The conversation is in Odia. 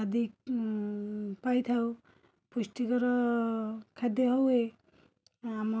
ଆଦି ପାଇଥାଉ ପୁଷ୍ଟିକର ଖାଦ୍ୟ ହୁଏ ଆମ